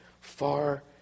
far